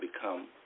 become